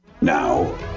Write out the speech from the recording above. Now